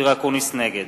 נגד